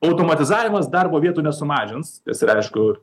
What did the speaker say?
automatizavimas darbo vietų nesumažins kas yra aišku